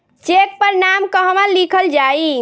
Check पर नाम कहवा लिखल जाइ?